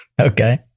okay